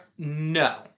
No